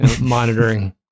Monitoring